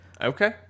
Okay